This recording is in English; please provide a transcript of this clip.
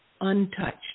untouched